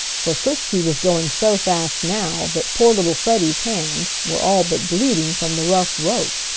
for frisky was going so fast now that poor little freddie's hands were all but bleeding from the rough rope.